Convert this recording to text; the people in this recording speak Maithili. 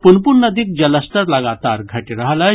पुनपुन नदीक जलस्तर लगातार घटि रहल अछि